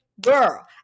Girl